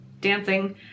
dancing